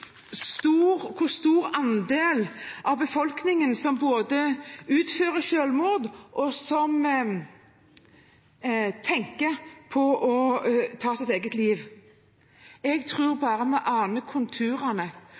hvor stor andel av befolkningen som begår selvmord, eller som tenker på å ta sitt eget liv. Jeg tror vi bare aner konturene